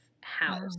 house